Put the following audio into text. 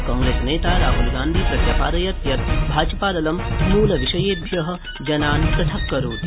कांप्रेसनेता राहूलगांधी प्रत्यपादयत् यत् भाजपादलं मूलविषयेभ्यो जनान् पृथक्करोति